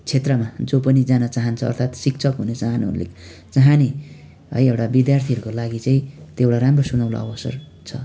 क्षेत्रमा जो पनि जान चाहन्छ अर्थात् शिक्षक हुन चाहनुहुनेले चाहने है एउटा विद्यार्थीहरूको लागि चाहिँ त्यो एउटा राम्रो सुनौलो अवसर छ